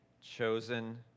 chosen